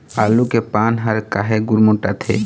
आलू के पान हर काहे गुरमुटाथे?